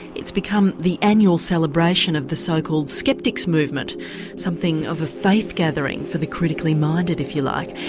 it's become the annual celebration of the so-called skeptics movement something of a faith gathering for the critically minded if you like.